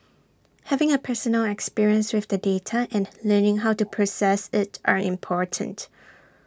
having A personal experience with the data and learning how to process IT are important